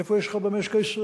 איפה יש לך במשק הישראלי?